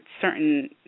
certain